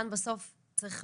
כאן בסוף צריך,